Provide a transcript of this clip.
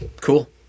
Cool